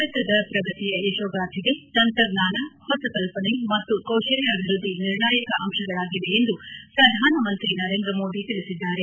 ಭಾರತದ ಪ್ರಗತಿಯ ಯಶೋಗಾಥೆಗೆ ತಂತ್ರಜ್ಞಾನ ಹೊಸ ಕಲ್ಪನೆ ಮತ್ತು ಕೌತಲ್ಯಾಭಿವೃದ್ಧಿ ನಿರ್ಣಾಯಕ ಅಂಶಗಳಾಗಿವೆ ಎಂದು ಪ್ರಧಾನಮಂತ್ರಿ ನರೇಂದ್ರ ಮೋದಿ ತಿಳಿಸಿದ್ದಾರೆ